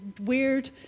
weird